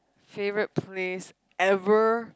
favorite place ever